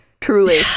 truly